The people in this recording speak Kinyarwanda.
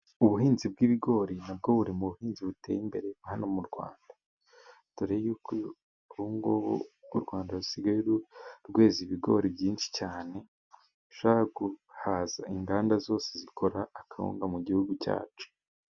Ubuhinzi bw'ibigori nabwo buri mu buhinzi buteye imbere hano mu Rwanda. Dore ko ubu ngubu u Rwanda rusigaye rweza ibigori byinshi cyane, rubasha guhaza inganda zose zikora akawunga mu gihugu cyacu.